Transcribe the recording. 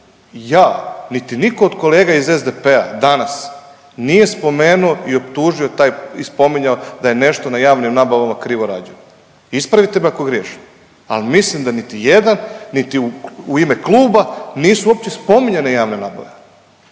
ja, niti niko od kolega iz SDP-a danas nije spomenuo i optužio taj i spominjao da je nešto na javnim nabavama krivo radio. Ispravite me ako griješim, al mislim da niti jedan, niti u ime kluba nisu uopće spominjane javne nabave,